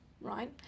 right